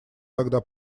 тогда